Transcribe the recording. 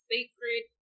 Sacred